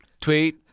Tweet